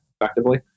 effectively